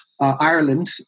Ireland